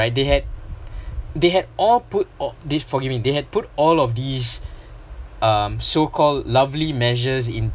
they had they had all put forgive me they had put all of these uh so called lovely measures in